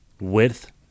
width